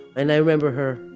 and i remember her,